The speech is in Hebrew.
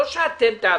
לא שאתם תעבירו,